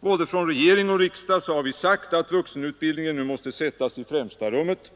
Både från regeringens och riksdagens sida har vi sagt att vuxenutbildningen nu måste sättas i främsta rummet.